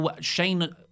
Shane